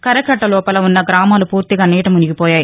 కరకట్టకు లోపల ఉన్న గ్రామాలు పూర్తిగా నీట మునిగిపోయాయి